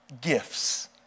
gifts